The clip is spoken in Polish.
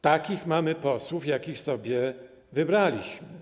Takich mamy posłów, jakich sobie wybraliśmy.